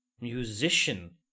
Musician